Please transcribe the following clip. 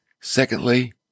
Secondly